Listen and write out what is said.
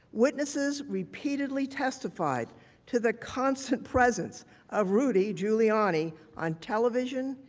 witnesses repeatedly testified to the constant presence of rudy giuliani on television,